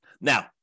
Now